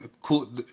cool